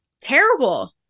Terrible